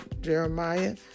Jeremiah